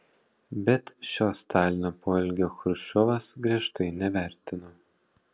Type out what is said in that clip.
bet šio stalino poelgio chruščiovas griežtai nevertino